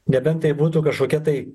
nebent tai būtų kažkokia tai